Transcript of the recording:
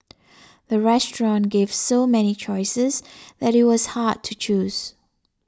the restaurant gave so many choices that it was hard to choose